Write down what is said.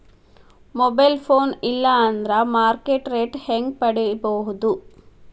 Mobile phone ಇಲ್ಲಾ ಅಂದ್ರ market rate ಹೆಂಗ್ ಪಡಿಬೋದು?